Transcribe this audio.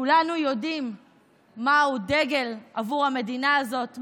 כולנו יודעים מהו דגל עבור המדינה הזאת,